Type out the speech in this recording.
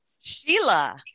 Sheila